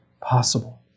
possible